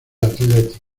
athletic